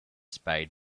spade